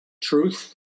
truth